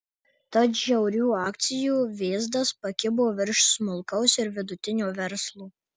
tad žiaurių akcijų vėzdas pakibo virš smulkaus ir vidutinio verslo